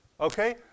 Okay